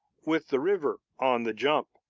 with the river on the jump,